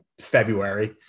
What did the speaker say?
February